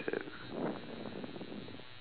okay hmm there's